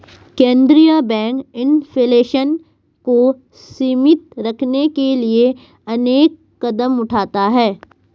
केंद्रीय bank inflation को सीमित रखने के लिए अनेक कदम उठाता है